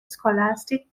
scholastic